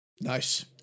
Nice